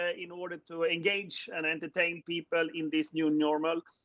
ah in order to engage and entertain people in this new normal,